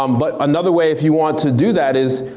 um but another way if you want to do that is,